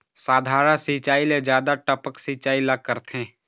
साधारण सिचायी ले जादा टपक सिचायी ला करथे